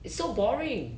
it's so boring